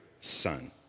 son